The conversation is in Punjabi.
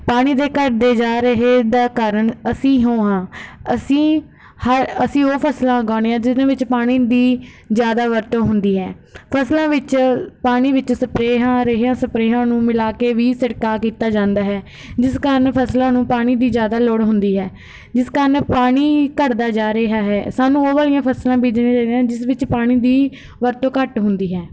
ਪਾਣੀ ਦੇ ਘੱਟਦੇ ਜਾ ਰਹੇ ਦਾ ਕਾਰਨ ਅਸੀਂ ਹੋ ਹਾਂ ਅਸੀਂ ਹ ਅਸੀਂ ਉਹ ਫਸਲਾਂ ਉਗਾਉਂਦੇ ਹਾਂ ਜਿਹਨਾਂ ਵਿੱਚ ਪਾਣੀ ਦੀ ਜ਼ਿਆਦਾ ਵਰਤੋਂ ਹੁੰਦੀ ਹੈ ਫਸਲਾਂ ਵਿੱਚ ਪਾਣੀ ਵਿੱਚ ਸਪਰੇਹਾਂ ਰੇਹਾਂ ਸਪਰੇਹਾਂ ਨੂੰ ਮਿਲਾ ਕੇ ਵੀ ਛਿੜਕਾਅ ਕੀਤਾ ਜਾਂਦਾ ਹੈ ਜਿਸ ਕਾਰਨ ਫਸਲਾਂ ਨੂੰ ਪਾਣੀ ਦੀ ਜ਼ਿਆਦਾ ਲੋੜ ਹੁੰਦੀ ਹੈ ਜਿਸ ਕਾਰਨ ਪਾਣੀ ਘੱਟਦਾ ਜਾ ਰਿਹਾ ਹੈ ਸਾਨੂੰ ਉਹ ਵਾਲੀਆਂ ਫਸਲਾਂ ਬੀਜਣੀਆਂ ਚਾਹੀਦੀਆਂ ਹਨ ਜਿਸ ਵਿੱਚ ਪਾਣੀ ਦੀ ਵਰਤੋਂ ਘੱਟ ਹੁੰਦੀ ਹੈ